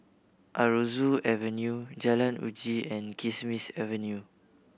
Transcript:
Aroozoo Avenue Jalan Uji and Kismis Avenue